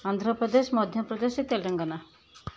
Andhra Pradesh Madhya Pradesh Telangana